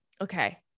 Okay